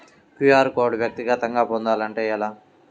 QR code వ్యక్తిగతంగా పొందాలంటే ఎలా?